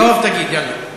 טוב, תגיד, יאללה.